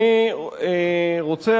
אני רוצה,